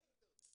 ו --- אינטרנט.